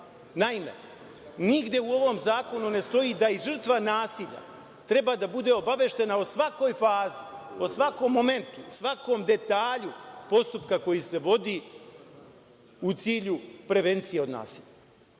nigde u ovom zakonu ne stoji da i žrtva nasilja treba da bude obaveštena o svakoj fazi, o svakom momentu, svakom detalju postupka koji se vodi u cilju prevencije od nasilja. Šta